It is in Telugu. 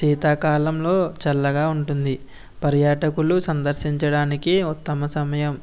శీతాకాలంలో చల్లగా ఉంటుంది పర్యాటకులు సందర్శించడానికి ఉత్తమ సమయం